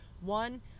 One